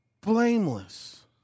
blameless